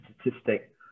statistic